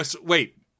wait